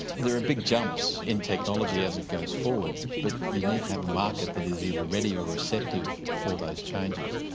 there are big jumps in technology as it goes forward but you need to have a market that is either ready or receptive for those changes.